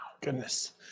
Goodness